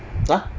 ah